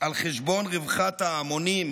על חשבון רווחת ההמונים,